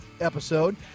Episode